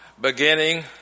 beginning